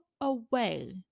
away